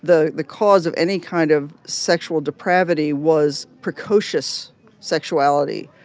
the the cause of any kind of sexual depravity was precocious sexuality.